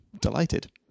delighted